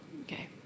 Okay